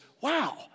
wow